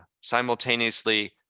Simultaneously